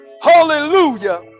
hallelujah